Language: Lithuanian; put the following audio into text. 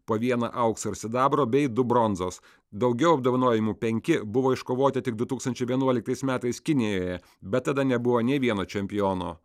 po vieną aukso ir sidabro bei du bronzos daugiau apdovanojimų penki buvo iškovoti tik du tūkstančiai vienuoliktais metais kinijoje bet tada nebuvo nė vieno čempiono